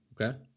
Okay